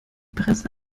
presse